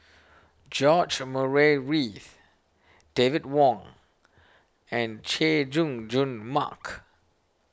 George Murray Reith David Wong and Chay Jung Jun Mark